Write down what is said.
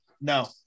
No